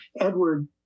Edward